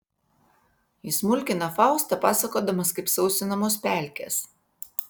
jis mulkina faustą pasakodamas kaip sausinamos pelkės